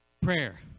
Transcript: prayer